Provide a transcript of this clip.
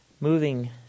Moving